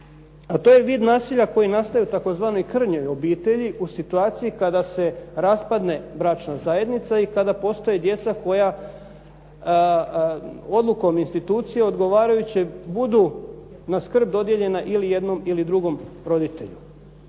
a to je vid nasilja koji nastaje u tzv. krnjoj obitelji u situaciji kada se raspadne bračna zajednica i kada postoje djeca koja odlukom institucije odgovarajuće budu na skrb dodijeljena ili jednom ili drugom roditelju.